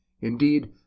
Indeed